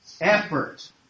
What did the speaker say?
effort